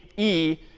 e,